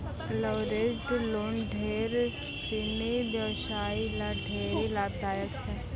leveraged loan ढेर सिनी व्यवसायी ल ढेरी लाभदायक छै